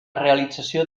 realització